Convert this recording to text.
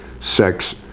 sex